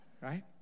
right